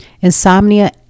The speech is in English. insomnia